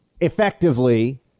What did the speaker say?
effectively